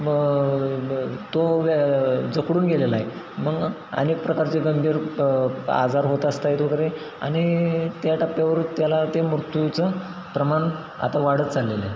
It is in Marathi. मग मग तो व्या जखडून गेलेला आहे मग अनेक प्रकारचे गंभीर आजार होत असतायत वगैरे आणि त्या टाप्प्यावर त्याला ते मृत्यूचं प्रमाण आता वाढत चाललेलं आहे